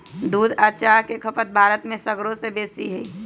दूध आ चाह के खपत भारत में सगरो से बेशी हइ